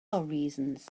reasons